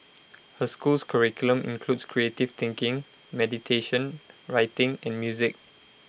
her school's curriculum includes creative thinking meditation writing and music